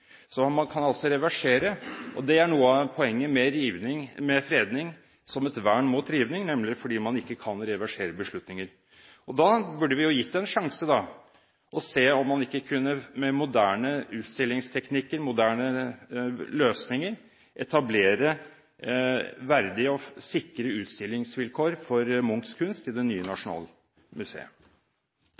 Man kan altså reversere, og det er noe av poenget med fredning som et vern mot rivning, nemlig at man ikke kan reversere beslutninger. Da burde vi jo gitt det en sjanse og sett om man ikke med moderne utstillingsteknikker, moderne løsninger, kunne etablere verdige og sikre utstillingsvilkår for Munchs kunst i det nye Nasjonalmuseet.